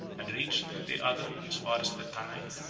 and reached, with the other, as far as the tanais.